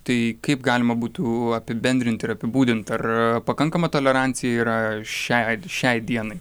tai kaip galima būtų apibendrint ir apibūdint ar pakankama tolerancija yra šiai šiai dienai